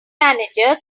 manager